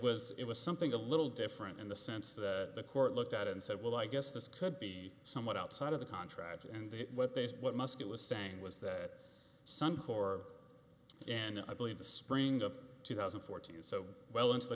was it was something a little different in the sense that the court looked at it and said well i guess this could be somewhat outside of the contract and what must it was saying was that suncor and i believe the spring of two thousand and fourteen is so well into the